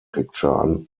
picture